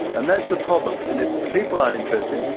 and that is the problem. and if people aren't interested,